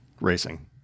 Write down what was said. racing